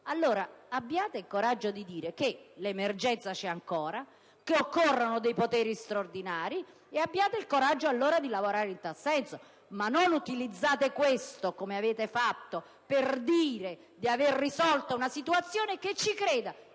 allora il coraggio di dire che l'emergenza c'è ancora e che occorrono dei poteri straordinari e abbiate il coraggio di lavorare in tal senso. Ma non utilizzate questo, come avete fatto, per dire di aver risolto una situazione, che - ci creda